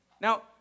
Now